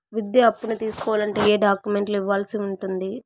విద్యా అప్పును తీసుకోవాలంటే ఏ ఏ డాక్యుమెంట్లు ఇవ్వాల్సి ఉంటుంది